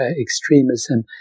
extremism